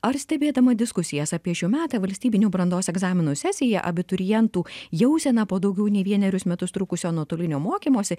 ar stebėdama diskusijas apie šių metų valstybinių brandos egzaminų sesiją abiturientų jauseną po daugiau nei vienerius metus trukusio nuotolinio mokymosi